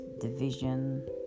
division